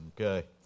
Okay